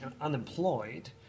unemployed